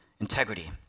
integrity